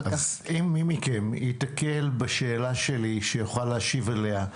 אז אם מי מכם ייתקל בשאלה שלי שיוכל להשיב עליה,